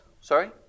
sorry